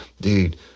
dude